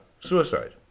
suicide